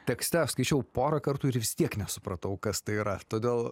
tekste aš skaičiau porą kartų ir vis tiek nesupratau kas tai yra todėl